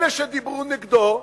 אלה שדיברו נגדו,